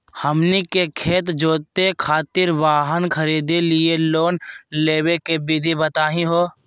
हमनी के खेत जोते खातीर वाहन खरीदे लिये लोन लेवे के विधि बताही हो?